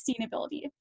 sustainability